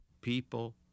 People